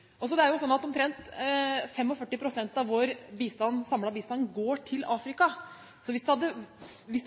altså at jeg sto og svartmalte situasjonen i Afrika: Jeg er helt enig i at det er ulike forhold i ulike afrikanske land, men jeg er veldig uenig i Fremskrittspartiets strategi. Det er jo sånn at omtrent 45 pst. av vår samlede bistand går til Afrika. Så hvis det hadde